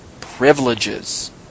privileges